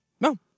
No